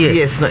yes